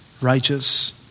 righteous